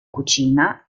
cucina